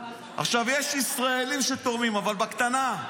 יש ישראלים שתורמים, אבל בקטנה.